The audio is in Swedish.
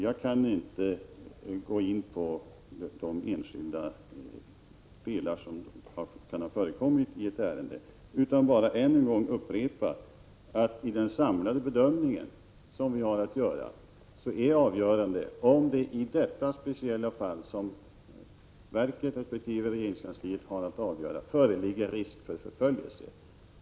Jag kan inte gå in på enskilda delar av ett ärende. Jag vill bara än en gång upprepa att i den samlade bedömning som vi har att göra är det avgörande om det i det speciella fall, som verket resp. regeringskansliet har att avgöra, föreligger risk för förföljelse.